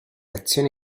azioni